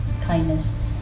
kindness